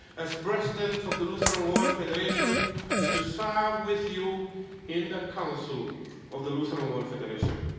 as president of the lutheran world federation to serve with you in the council of the lutheran world federation.